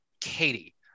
Katie